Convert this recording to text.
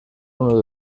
uno